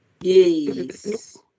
Yes